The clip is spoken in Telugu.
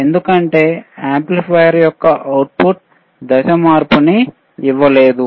ఎందుకంటే యాంప్లిఫైయర్ యొక్క అవుట్ ఫుట్ దశ మార్పుని ఇవ్వలేదు